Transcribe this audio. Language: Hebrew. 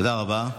תודה רבה.